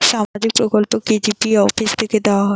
সামাজিক প্রকল্প কি জি.পি অফিস থেকে দেওয়া হয়?